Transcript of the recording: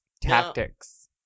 tactics